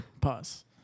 pause